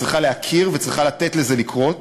היא צריכה להכיר וצריכה לתת לזה לקרות.